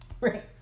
Right